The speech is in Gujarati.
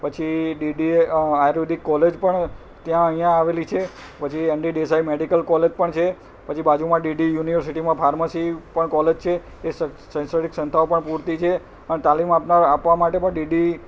પછી ડીડી આયુર્વેદિક કોલેજ પણ ત્યાં અહીંયા આવેલી છે પછી N D Desai medical college પણ છે પછી બાજુમાં ડીડી યુનિવર્સિટીમાં ફાર્મસી પણ કોલેજ છે એ શૈક્ષણિક સંસ્થાઓ પણ પૂરતી છે અને તાલીમ આપનાર આપવા માટે પણ ડીડી